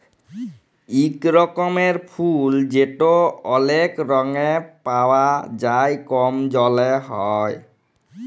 ইক রকমের ফুল যেট অলেক রঙে পাউয়া যায় কম জলে হ্যয়